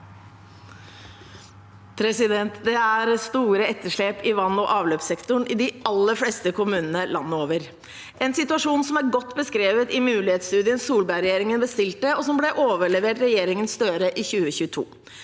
Det er sto- re etterslep i vann- og avløpssektoren i de aller fleste kommunene landet over. Det er en situasjon som er godt beskrevet i mulighetsstudien Solberg-regjeringen bestilte, og som ble overlevert regjeringen Støre i 2022.